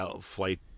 flight